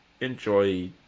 enjoy